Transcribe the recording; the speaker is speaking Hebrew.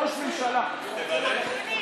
זאת פסולת, זה לא אכפת לי.